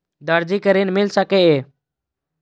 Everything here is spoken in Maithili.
दर्जी कै ऋण मिल सके ये?